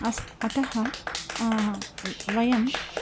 अस् अतः वयम्